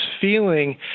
feeling